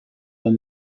than